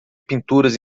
pinturas